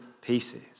pieces